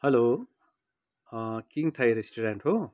हलो king Thai restaurant हो